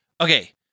okay